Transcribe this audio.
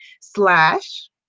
slash